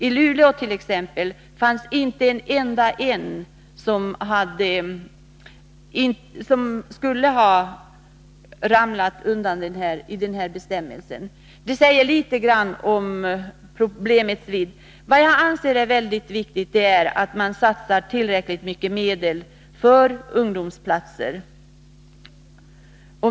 I Luleå skulle t.ex. inte en enda ha undgått att omfattas av bestämmelsen i fråga. Det säger litet grand om problemets vidd. Jag anser att det är mycket viktigt att man satsar tillräckligt mycket medel för ungdomsplatser.